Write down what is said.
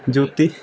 ਜੋਤੀ